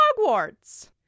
Hogwarts